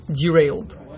derailed